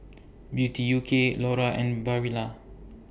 Beauty U K Laura and Barilla